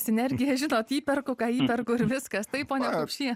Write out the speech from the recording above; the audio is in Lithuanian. sinergija žinot įperku įperku ir viskas taip pone kupšį